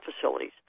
facilities